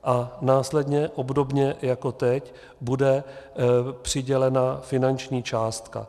A následně, obdobně jako teď, bude přidělena finanční částka.